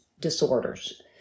disorders